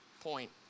point